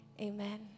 Amen